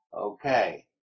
Okay